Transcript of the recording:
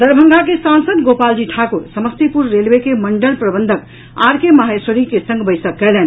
दरभंगा के सांसद गोपाल जी ठाकुर समस्तीपुर रेलवे के मंडल प्रबंधक आर के महेश्वरी के संग बैसक कयलनि